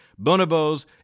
bonobos